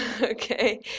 okay